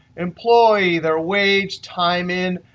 employee, their wage, time in,